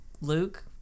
Luke